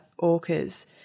orcas